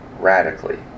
radically